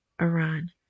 Iran